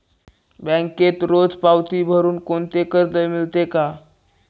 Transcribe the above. बँकेत रोज पावती भरुन कोणते कर्ज मिळते का?